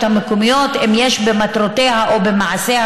המקומיות אם יש במטרותיה או במעשיה,